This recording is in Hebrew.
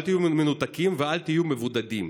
אל תהיו מנותקים ואל תהיו מבודדים.